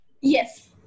Yes